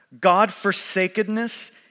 God-forsakenness